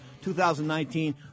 2019